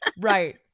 Right